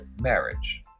marriage